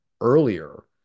earlier